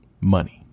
Money